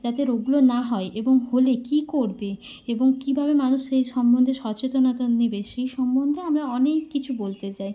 যাতে রোগগুলো না হয় এবং হলে কী করবে এবং কীভাবে মানুষ সেই সম্বন্ধে সচেতনতা নেবে সেই সম্বন্ধে আমরা অনেক কিছু বলতে চাই